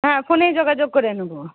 হ্যাঁ ফোনেই যোগাযোগ করে নেব